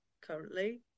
currently